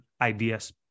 ideas